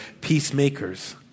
peacemakers